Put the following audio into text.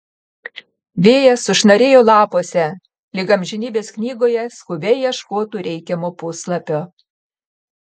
vėjas sušnarėjo lapuose lyg amžinybės knygoje skubiai ieškotų reikiamo puslapio